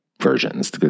versions